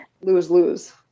lose-lose